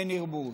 כן ירבו.